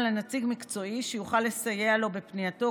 לנציג מקצועי שיוכל לסייע לו בפנייתו,